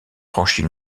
franchit